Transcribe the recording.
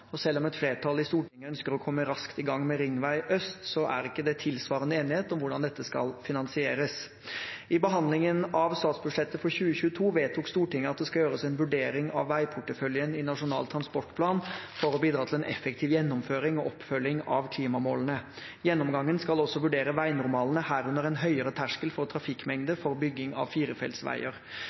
og selv om et flertall i Stortinget ønsker å komme raskt i gang med Ringvei øst, er det ikke en tilsvarende enighet om hvordan dette skal finansieres. I behandlingen av statsbudsjettet for 2022 vedtok Stortinget at det skal gjøres en vurdering av veiporteføljen i Nasjonal transportplan for å bidra til en effektiv gjennomføring og oppfølging av klimamålene. Gjennomgangen skal også vurdere veinormalene, herunder en høyere terskel for trafikkmengde for bygging av firefeltsveier.